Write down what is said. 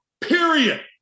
period